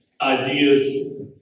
ideas